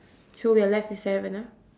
so we're left with seven ah